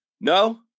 No